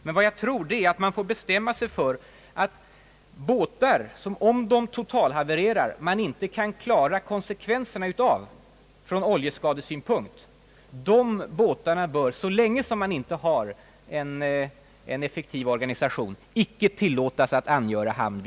Men jag tror att man måste bestämma sig för att icke tillåta sådana fartyg att angöra hamn i Östersjön, vilka vid totalhaveri orsakar oljeskador som man inte kan bemästra förrän man har fått en effektiv organisation härför.